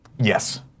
Yes